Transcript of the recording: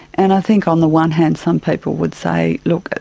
and i think on the one hand some people would say, look,